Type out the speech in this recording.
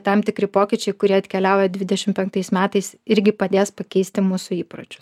tam tikri pokyčiai kurie atkeliauja dvidešim penktais metais irgi padės pakeisti mūsų įpročius